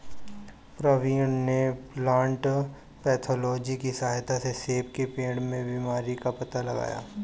प्रवीण ने plant pathology की सहायता से सेब के पेड़ में बीमारी का पता लगाया